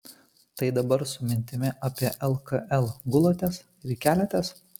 tai dabar su mintimi apie lkl gulatės ir keliatės